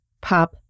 pop